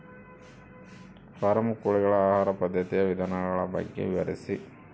Form ಕೋಳಿಗಳ ಆಹಾರ ಪದ್ಧತಿಯ ವಿಧಾನಗಳ ಬಗ್ಗೆ ವಿವರಿಸಿ?